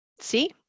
See